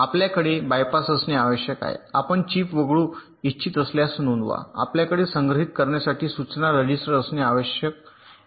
आपल्याकडे बायपास असणे आवश्यक आहे आपण चिप वगळू इच्छित असल्यास नोंदवा आपल्याकडे संग्रहित करण्यासाठी सूचना रजिस्टर असणे आवश्यक आहे